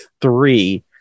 three